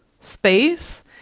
space